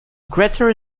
greta